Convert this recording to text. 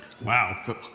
Wow